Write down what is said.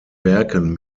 werken